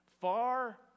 Far